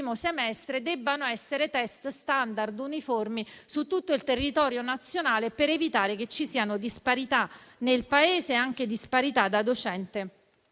semestre debbano essere *standard*, uniformi su tutto il territorio nazionale, per evitare che ci siano disparità nel Paese e anche disparità da docente